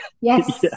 Yes